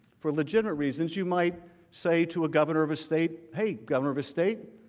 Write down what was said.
for legitimate reasons you might say to a governor of a state, hey governor of a state,